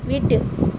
வீட்டு